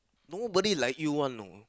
nobody like you one know